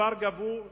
כבר גבו,